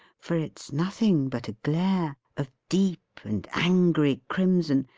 for it's nothing but a glare, of deep and angry crimson,